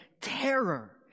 terror